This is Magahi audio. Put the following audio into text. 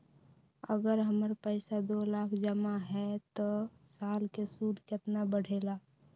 अगर हमर पैसा दो लाख जमा है त साल के सूद केतना बढेला?